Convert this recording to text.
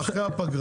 אף אחד לא מודע